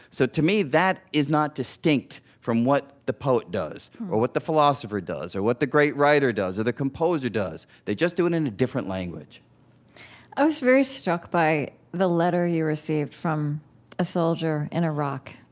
so, to me, that is not distinct from what the poet does or what the philosopher does or what the great writer does or the composer does. they just do it in a different language i was very struck by the letter you received from a soldier in iraq.